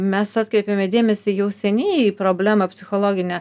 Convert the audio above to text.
mes atkreipėme dėmesį jau seniai problemą psichologinę